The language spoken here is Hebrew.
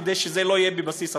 כדי שזה לא יהיה בבסיס התקציב.